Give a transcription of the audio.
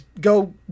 Go